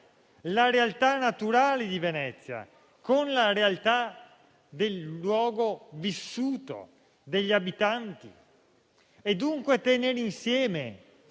la realtà naturale di Venezia con la realtà del luogo vissuto, degli abitanti. Occorre dunque tenere insieme